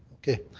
okay,